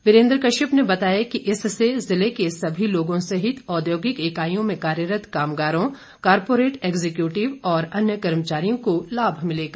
वीरेन्द्र कश्यप ने बताया कि इससे जिले के सभी लोगों सहित औद्योगिक इकाईयों में कार्यरत कामगारों कोरपोरेट एग्जीक्यूटिव और अन्य कर्मचारियों को लाभ मिलेगा